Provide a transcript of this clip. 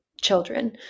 children